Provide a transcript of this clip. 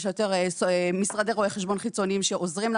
יש לה יותר משרדי רואה חשבון חיצוניים שעוזרים לה